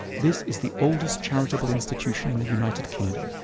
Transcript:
this is the oldest charitable institution in the united kingdom,